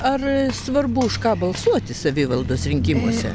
ar svarbu už ką balsuoti savivaldos rinkimuose